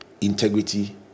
integrity